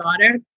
daughter